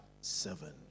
seven